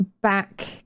back